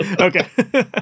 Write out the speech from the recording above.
Okay